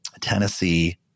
Tennessee